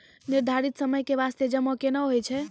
निर्धारित समय के बास्ते जमा केना होय छै?